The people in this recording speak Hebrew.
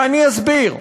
ואני אסביר.